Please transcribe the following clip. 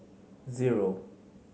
zero